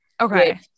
Okay